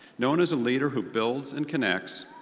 known as a leader who builds and connects,